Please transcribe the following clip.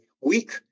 weak